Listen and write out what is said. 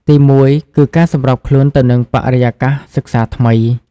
ទីមួយគឺ ការសម្របខ្លួនទៅនឹងបរិយាកាសសិក្សាថ្មី។